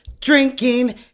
drinking